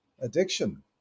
addiction